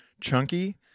Chunky